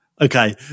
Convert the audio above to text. Okay